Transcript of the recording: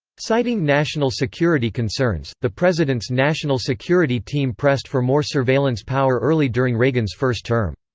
citing national security concerns, the president's national security team pressed for more surveillance power early during reagan's first term.